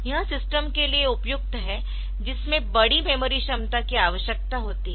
यह सिस्टम के लिए उपयुक्त है जिसमें बड़ी मेमोरी क्षमता की आवश्यकता होती है